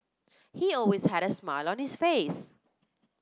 he always had a smile on his face